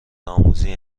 آموزی